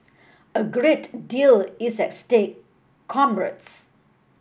a great deal is at stake